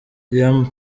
liam